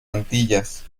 antillas